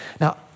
Now